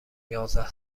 یازده